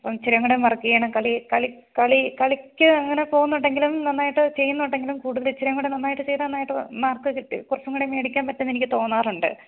അപ്പം ഇച്ചിരിയും കൂടെ വര്ക്ക് ചെയ്യണം കളി കളി കളി കളിക്ക് അങ്ങനെ പോകുന്നുണ്ടെങ്കിലും നന്നായിട്ട് ചെയ്യുന്നുണ്ടെങ്കിലും കൂടുതൽ ഇച്ചിരിയും കൂടെ നന്നായിട്ട് ചെയ്താല് നന്നായിട്ട് മാര്ക്ക് കിട്ടി കുറച്ചും കൂടെ മേടിക്കാന് പറ്റും എന്ന് എനിക്ക് തോന്നാറുണ്ട്